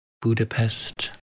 Budapest